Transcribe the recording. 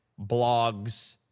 blogs